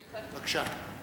בבקשה.